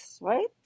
right